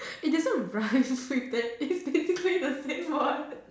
it doesn't rhyme with that it's basically the same word